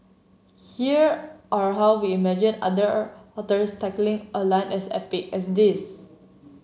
here are how we imagined other authors tackling a line as epic as this